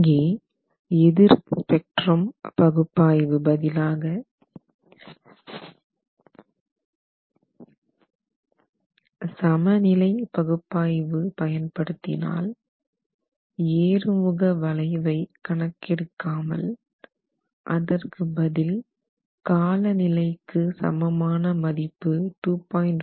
இங்கே எதிர் ஸ்பெக்ட்ரம் பகுப்பாய்வு பதிலாக சமநிலை பகுப்பாய்வு பயன்படுத்தினால் ஏறு முக வளைவை கணக்கெடுக்காமல் அதற்கு பதில் காலநிலை Time period T க்கு சமமான மதிப்பு 2